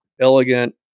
elegant